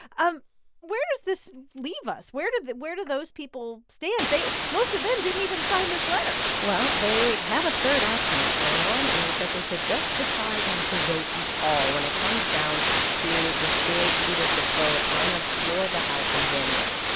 um where does this leave us? where did where do those people stand? they most of them didn't even sign this letter well, they have a third option out there. one is that they could just decide not to vote at all when it comes down to this big leadership vote on the floor of the house in january.